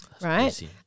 right